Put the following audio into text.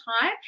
time